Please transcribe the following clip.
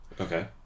Okay